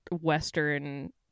western